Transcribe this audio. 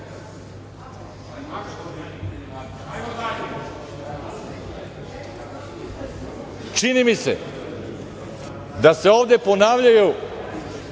mi se da se ovde ponavljaju